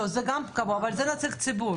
לא, זה גם קבוע, אבל זה נציג ציבור.